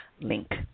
link